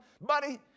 buddy